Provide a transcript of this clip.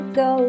go